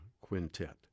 Quintet